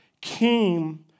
came